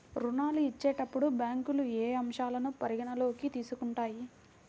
ఋణాలు ఇచ్చేటప్పుడు బ్యాంకులు ఏ అంశాలను పరిగణలోకి తీసుకుంటాయి?